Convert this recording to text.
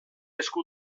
esku